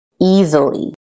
easily